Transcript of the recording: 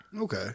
Okay